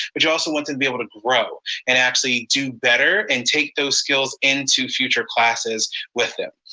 but you also want to to be able to grow and actually do better and take those skills into future classes with them.